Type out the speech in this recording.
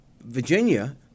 Virginia